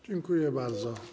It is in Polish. Dziękuję bardzo.